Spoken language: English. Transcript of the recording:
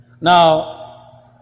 now